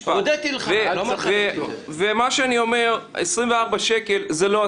יגיש לכם משרד החינוך תוכנית לביטול הדרגתי של כלל תשלומי